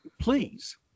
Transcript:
please